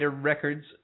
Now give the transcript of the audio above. records